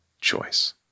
choice